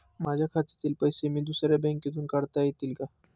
माझ्या खात्यातील पैसे मी दुसऱ्या बँकेतून काढता येतील का?